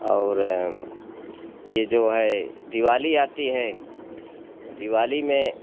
और ये जो है दिवाली आती है दिवाली में